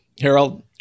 Harold